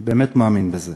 אני באמת מאמין בזה.